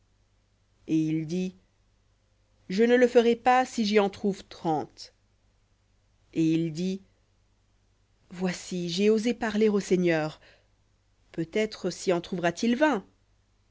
et il dit je ne le ferai pas si j'y en trouve trente et il dit voici j'ai osé parler au seigneur peut-être s'y en trouvera-t-il vingt